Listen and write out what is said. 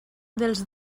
dels